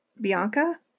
Bianca